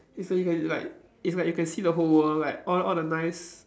it's like you can like it's like you can see the whole world like all all the nice